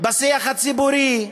בשיח הציבורי,